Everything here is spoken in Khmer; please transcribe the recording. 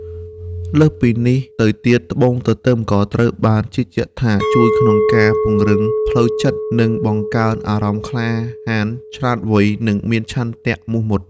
លើសពីនេះទៅទៀត ត្បូងទទឹមក៏ត្រូវបានជឿជាក់ថាជួយក្នុងការពង្រឹងផ្លូវចិត្ត និងបង្កើនអារម្មណ៍ក្លាហាន ឆ្លាតវៃ និងមានឆន្ទៈមុះមាត់។